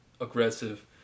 aggressive